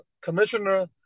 commissioner